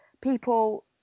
people